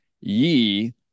ye